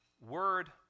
word